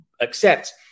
accept